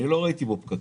לא ראיתי בו פקקים.